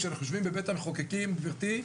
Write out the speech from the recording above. כשאנחנו יושבים בבית המחוקקים גבירתי,